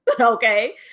Okay